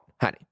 honey